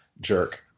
jerk